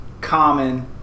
Common